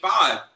five